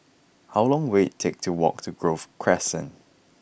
how long will it take to walk to Grove Crescent